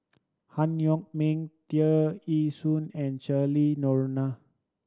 Han Yong May Tear Ee Soon and Cheryl Noronha